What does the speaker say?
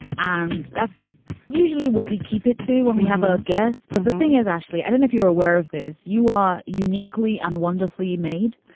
and that's usually what we keep it to when we have a guest. but the thing is, ashley, i didn't if you're aware of this, you are uniquely on wonderfully made.